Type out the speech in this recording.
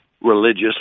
religious